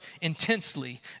intensely